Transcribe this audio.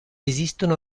esistono